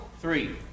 three